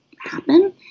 happen